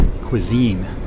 cuisine